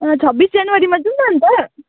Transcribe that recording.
छब्बिस जनवरीमा जाऔँ अन्त